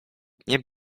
nie